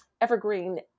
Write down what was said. evergreen